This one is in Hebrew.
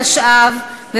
התשע"ו 2015,